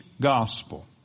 gospel